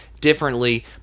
differently